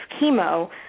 chemo